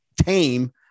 tame